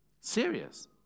Serious